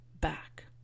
back